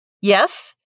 Yes